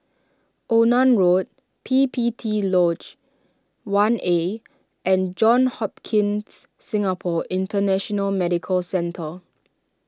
Onan Road P P T Lodge one A and Johns Hopkins Singapore International Medical Centre